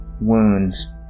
wounds